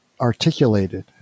articulated